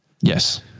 Yes